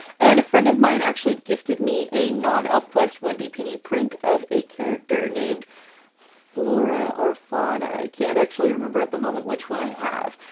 and a friend of mine actually gifted me a non-elfquest wendy pini print of a character named flora or fauna, i can't actually remember at the moment which one i have.